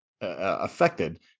affected